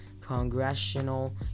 congressional